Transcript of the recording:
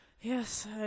Yes